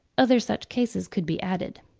other such cases could be added.